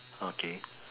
okay